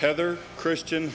heather christian